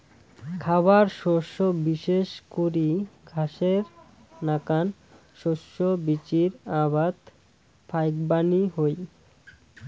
খাবার শস্য বিশেষ করি ঘাসের নাকান শস্য বীচির আবাদ ফাইকবানী হই